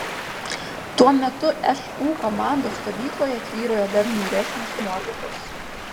tuo metu šu komandos stovykloje tvyrojo dar niūresnės nuotaikos